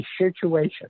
situation